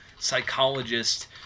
Psychologist